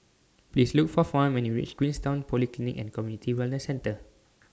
Please Look For Fawn when YOU REACH Queenstown Polyclinic and Community Wellness Centre